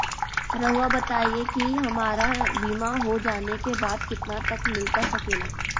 रहुआ बताइए कि हमारा बीमा हो जाने के बाद कितना तक मिलता सके ला?